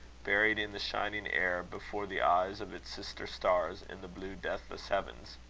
buried in the shining air before the eyes of its sister-stars in the blue, deathless heavens.